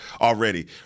already